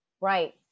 Right